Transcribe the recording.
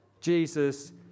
Jesus